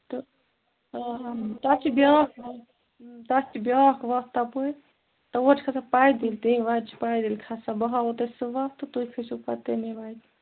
تہٕ تَتھ چھِ بیٛاکھ تَتھ چھِ بیٛاکھ وَتھ تَپٲرۍ تور چھِ کھسان پَیدٔلۍ تَمہِ وَتہِ چھِ پَیدٔلۍ کھسان بہٕ ہاوو تۄہہِ سُہ وَتھ تہٕ تُہۍ کھٔسِو پَتہٕ تَمے وَتہِ